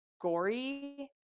gory